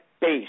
base